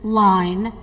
line